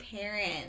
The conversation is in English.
parents